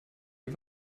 die